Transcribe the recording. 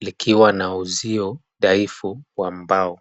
likiwa na uzio dhaifu wa mbao.